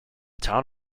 town